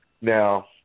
Now